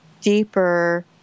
deeper